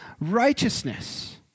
Righteousness